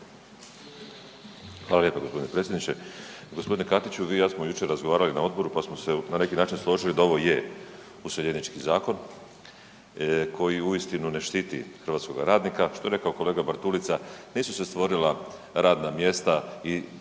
Hvala lijepo gospodine predsjedniče. Gospodine Katiću vi i ja smo jučer razgovarali na odboru pa smo se na neki način složili da ovo je useljenički zakon koji uistinu ne štiti hrvatskoga radnika, što je rekao kolega Bartulica nisu se stvorila radna mjesta i